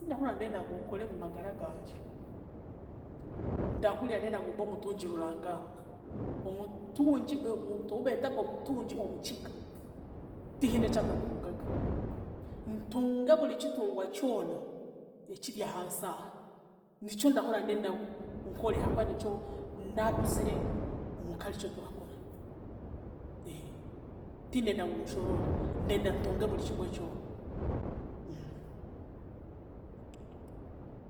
Eki ndahurira ndenda ngu nkore omu magara gangye, ndahurira ndenda ngu mbe omutungi rurangaanwa. Omutungi omuntu ou beetaga omutungi Omukiga tihiine ekyatatungaga, ntunge buri kitungwa kyona ekyaryahansi aha. Nikyo ndahurira ndenda ngu nkore ahakuba nikyo naakuzire omuka arikyo turakora. Tindenda ngu nshorore, ndenda ntunge burikimwe kyona.